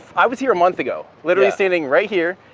i was here a month ago, literally standing right here,